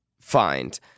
find